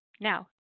Now